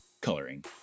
coloring